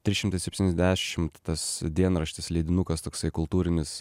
trys šimtai septyniasdešimt tas dienraštis leidinukas toksai kultūrinis